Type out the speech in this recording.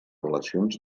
relacions